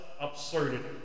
absurdity